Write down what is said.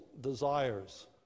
desires